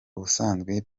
ubusanzwe